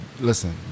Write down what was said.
Listen